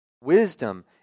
Wisdom